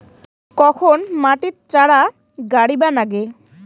কখন মাটিত চারা গাড়িবা নাগে?